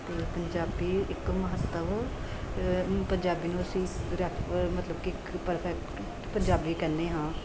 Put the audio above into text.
ਅਤੇ ਪੰਜਾਬੀ ਇੱਕ ਮਹੱਤਵ ਪੰਜਾਬੀ ਨੂੰ ਅਸੀਂ ਰ ਮਤਲਬ ਕਿ ਇੱਕ ਪਰਫੈਕਟ ਪੰਜਾਬੀ ਕਹਿੰਦੇ ਹਾਂ